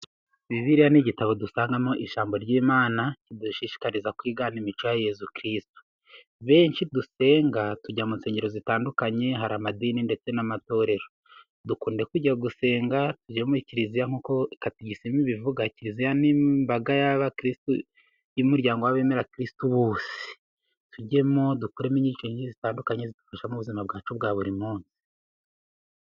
Bibiliya ni igitabo dusangamo ijambo ry'Imana, ridushishikariza kugira imico ya Yezu Kristu. Benshi dusenga, tujya mu nsengero zitandukanye. Hari amadini ndetse n'amatorero. Dukunda kujya gusengera muri kiliziya. Nk'uko Gatigisimu ibivuga, kiliziya n'imbaga y'abakirisitu y'umuryango w'abemera Kirisitu bose. tujyemo dukuremo inyigisho nyinshi zitandukanye zidufasha mu buzima bwacu bwa buri munsi.